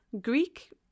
Greek